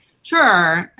sure.